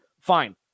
Fine